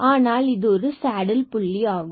ஆனால் இது ஒரு சேடில் புள்ளி ஆகும்